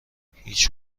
هیچ